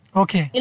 okay